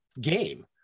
game